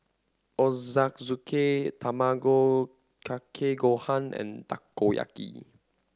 Ochazuke Tamago Kake Gohan and Takoyaki